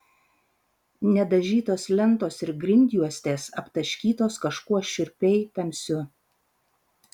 nedažytos lentos ir grindjuostės aptaškytos kažkuo šiurpiai tamsiu